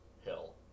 hill